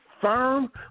firm